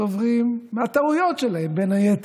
צוברים, מהטעויות שלהם, בין היתר,